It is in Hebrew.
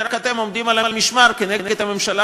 רק אתם עומדים על המשמר כנגד הממשלה